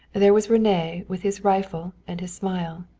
there was rene with his rifle and his smile.